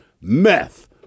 meth